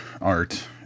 art